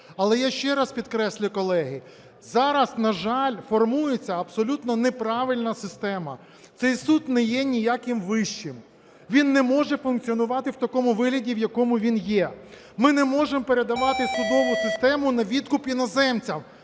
Але я ще раз підкреслюю, колеги, зараз, на жаль, формується абсолютно неправильна система. Цей суд не є ніяким вищим, він не може функціонувати в такому вигляді, в якому він є. Ми не можемо передавати судову систему на відкуп іноземцям.